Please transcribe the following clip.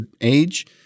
age